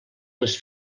les